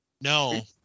No